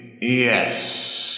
Yes